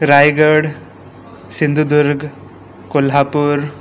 Raigad Sindhudurg Kolhapur